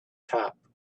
top